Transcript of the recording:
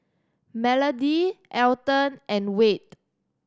Melody Alton and Wade